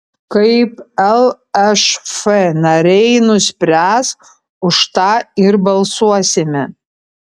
kaip lšf nariai nuspręs už tą ir balsuosime